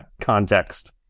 context